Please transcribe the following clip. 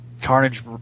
Carnage